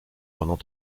pendant